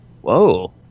whoa